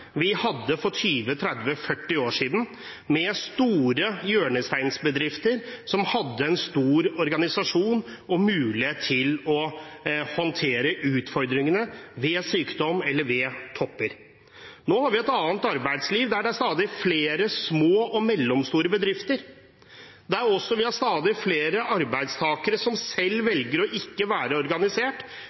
vi hadde for 20–30–40 år siden, med store hjørnesteinsbedrifter som hadde en stor organisasjon og mulighet til å håndtere utfordringene ved sykdom eller ved topper. Nå har vi et annet arbeidsliv, med stadig flere små og mellomstore bedrifter og stadig flere arbeidstakere som selv velger ikke å være organisert,